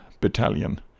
Battalion